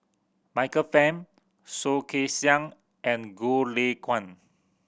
Michael Fam Soh Kay Siang and Goh Lay Kuan